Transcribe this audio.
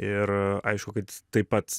ir aišku kad taip pat